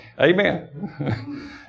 Amen